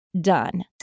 done